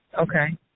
Okay